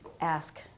ask